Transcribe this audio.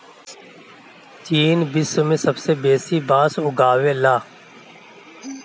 चीन विश्व में सबसे बेसी बांस उगावेला